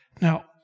Now